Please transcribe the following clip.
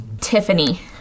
Tiffany